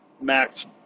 max